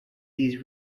these